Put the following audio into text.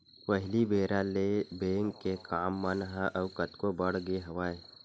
पहिली बेरा ले बेंक के काम मन ह अउ कतको बड़ गे हवय